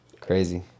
crazy